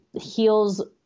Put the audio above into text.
heals